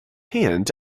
hand